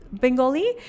Bengali